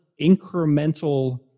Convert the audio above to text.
incremental